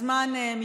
הזמן מתקרב.